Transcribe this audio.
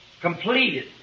Completed